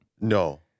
No